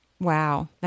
Wow